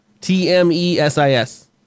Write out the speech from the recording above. t-m-e-s-i-s